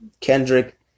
Kendrick